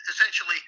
essentially